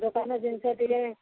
ମୁଁ ତା'ହେଲେ ଜିନିଷ ଟିକେ